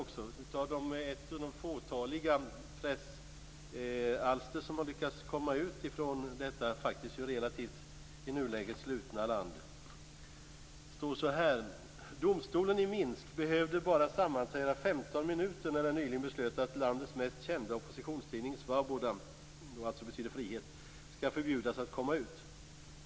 Det gäller ett av de fåtaliga pressalster som har lyckats komma ut ur detta i nuläget relativt slutna land. "Domstolen i Minsk behövde bara sammanträda femton minuter när den nyligen beslöt att landets mest kända oppositionstidning, Svaboda," - som alltså betyder frihet - "skall förbjudas att komma ut.